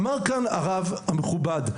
אמר כאן הרב המכובד,